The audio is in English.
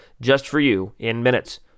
just-for-you-in-minutes